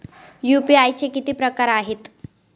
UPI चे किती प्रकार आहेत?